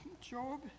Job